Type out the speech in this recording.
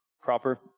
proper